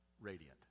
radiant